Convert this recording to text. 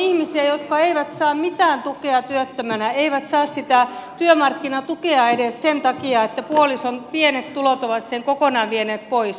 eli on ihmisiä jotka eivät saa mitään tukea työttömänä eivät saa sitä työmarkkinatukea edes sen takia että puolison pienet tulot ovat sen kokonaan vieneet pois